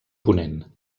ponent